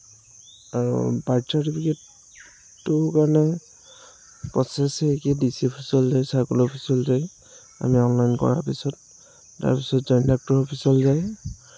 আৰু বাৰ্থ চাৰ্টিফিকেটটো কাৰণে প্ৰচেছ একেই ডি চি অফিচলৈ যায় চাৰ্কল অফিচলৈ যায় আমি অনলাইন কৰাৰ পিছত তাৰপিছত জইণ্ট ডাইৰেক্টৰৰ অফিচলৈ যায়